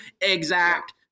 exact